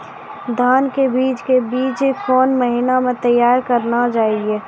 धान के बीज के बीच कौन महीना मैं तैयार करना जाए?